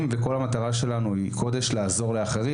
כל המטרה שלנו היא קודש לעזור לאחרים.